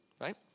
Right